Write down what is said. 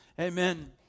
Amen